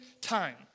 time